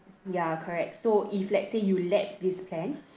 ya correct so if let's say you lapse this plan